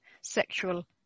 sexual